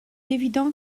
évident